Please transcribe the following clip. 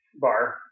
bar